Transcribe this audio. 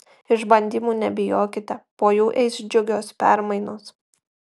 išbandymų nebijokite po jų eis džiugios permainos